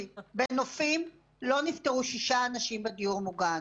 בנופים לא נפטרו שישה אנשים בדיור מוגן.